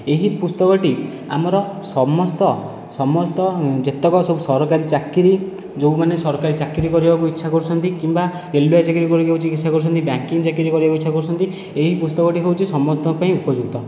ଏହି ପୁସ୍ତକଟି ଆମର ସମସ୍ତ ସମସ୍ତ ଯେତକ ସବୁ ସରକାରୀ ଚାକିରି ଯେଉଁମାନେ ସରକାରୀ ଚାକିରି କରିବାକୁ ଇଚ୍ଛା କରୁଛନ୍ତି କିମ୍ବା ରେଲୱେ ଚାକିରି କରିବାକୁ ଇଚ୍ଛା କରୁଛନ୍ତି ବ୍ୟାଙ୍କିଂ ଚାକିରି କରିବାକୁ ଇଚ୍ଛା କରୁଛନ୍ତି ଏହି ପୁସ୍ତକଟି ହେଉଛି ସମସ୍ତଙ୍କ ପାଇଁ ଉପଯୁକ୍ତ